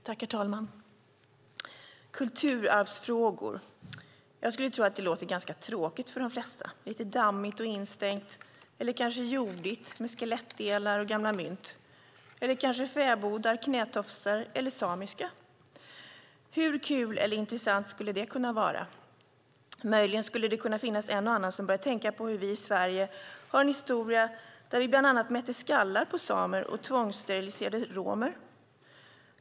Herr talman! Kulturarvsfrågor - jag skulle tro att det låter ganska tråkigt för de flesta, lite dammigt och instängt eller kanske jordigt, med skelettdelar och gamla mynt, eller kanske fäbodar, knätofsar eller samiska. Hur kul eller intressant skulle det kunna vara? Möjligen skulle det kunna finnas en och annan som börjar tänka på hur vi i Sverige har en historia där vi bland annat mätte skallar på samer och tvångssteriliserade romer.